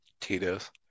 Tito's